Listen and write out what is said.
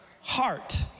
heart